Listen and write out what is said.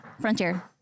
Frontier